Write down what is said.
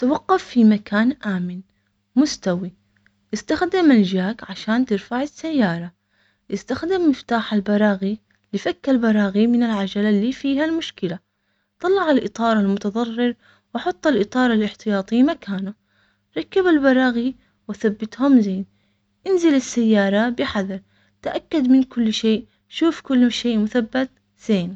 توقف في مكان امن مستوي استخدم الجاك عشان ترفعي السيارة استخدم مفتاح البراغي لفك البراغي من العجلة اللي فيها المشكلة طلع الاطار المتظرر وحط الاطار الاحتياطي مكانه ركب البراغي وثبتهم لي انزل السيارة بحذر تأكد من كل شيء شوف كل شيء مثبت زين.